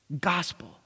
Gospel